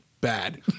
Bad